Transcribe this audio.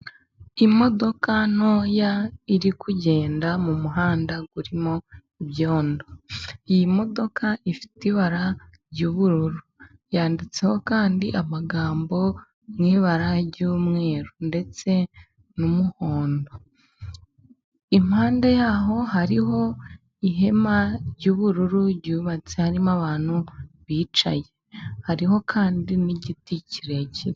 Imodoka ntoya iri kugenda mu muhanda urimo ibyondo，iyi modoka ifite ibara ry'ubururu，yanditseho kandi amagambo mu ibara ry'umweru ndetse n'umuhondo. Impande yaho hariho ihema ry'ubururu ryubatse， harimo abantu bicaye， hariho kandi n'igiti kirekire.